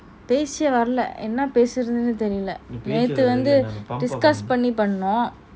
பேச்செய் வரல என்ன பேசுறதுனு தெரில நேத்து வந்து:peachey varala enna peasurathunu terila neathu vanthu discuss பண்ணி போனோம்:panni panom